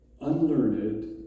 unlearned